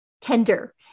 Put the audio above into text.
tender